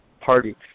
party